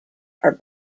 are